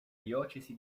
diocesi